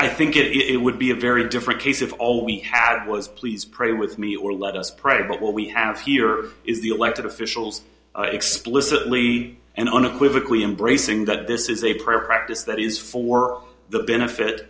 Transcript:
i think it would be a very different case of all we had was please pray with me or let us pray but what we have here is the elected officials explicitly and unequivocal embracing that this is a prayer practice that is for the benefit